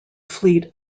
fleet